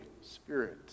Spirit